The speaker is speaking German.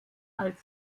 als